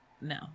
no